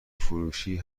فروشی